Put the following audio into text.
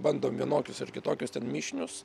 bandom vienokius ar kitokius ten mišinius